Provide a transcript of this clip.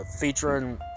featuring